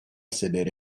sedere